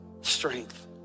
strength